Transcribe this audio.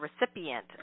recipient